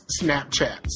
Snapchats